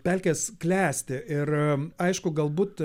pelkės klesti ir aišku galbūt